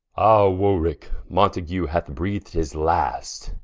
warwicke, mountague hath breath'd his last,